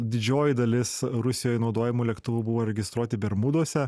didžioji dalis rusijoj naudojamų lėktuvų buvo registruoti bermuduose